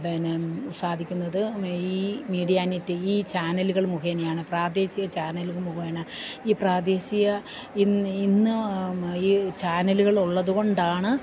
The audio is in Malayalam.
പിന്നെ സാധിക്കുന്നത് ഈ മീഡിയാനിറ്റ് ഈ ചാനലുകൾ മുഖേനെയാണ് പ്രാദേശിക ചാനലുകൾ മുഖേന ഈ പ്രാദേശിക ഇന്ന് ഇന്ന് ഈ ചാനലുകൾ ഉള്ളതു കൊണ്ടാണ്